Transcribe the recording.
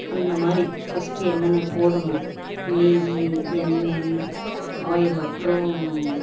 அந்த மாதிரி ஃபஸ்ட்டு என்னென்ன போடணும் நெய் எண்ணெய் ஆயில் அப்புறம்